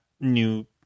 new